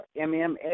MMA